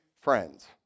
friends